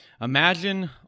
Imagine